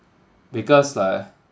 because like